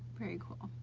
very cool.